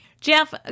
Jeff